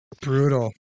Brutal